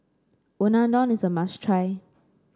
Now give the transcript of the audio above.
unadon is a must try